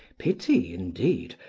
pity, indeed,